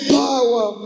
power